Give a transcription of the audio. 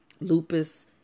lupus